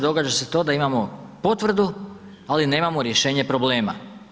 Događa se to da imamo potvrdu, ali nemamo rješenje problema.